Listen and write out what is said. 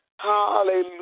Hallelujah